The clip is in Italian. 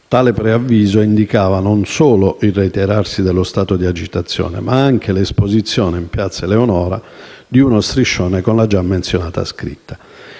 Tale preavviso indicava non solo il reiterarsi dello stato di agitazione, ma anche l'esposizione, in piazza Eleonora, di uno striscione con la già menzionata scritta.